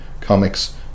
comics